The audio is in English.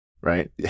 right